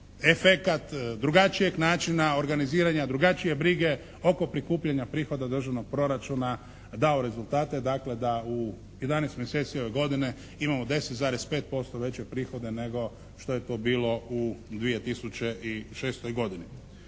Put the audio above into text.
efekat drugačijeg načina organiziranja, drugačije brige oko prikupljanja prihoda državnog proračuna dao rezultate, dakle da u 11 mjeseci ove godine imamo 10,5% veće prihode nego što je to bilo u 2006. godini.